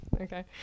Okay